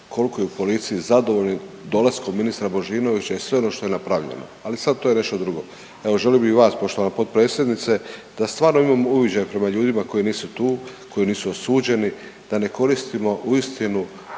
koliko je u policiji zadovoljnih dolaskom ministra Božinovića i sve ono što je napravljeno, ali sad to je nešto drugo. Evo želio bi i vas poštovana potpredsjednice da stvarno imamo uviđaj prema ljudima koji nisu tu, koji nisu osuđeni da ne koristimo uistinu